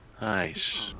nice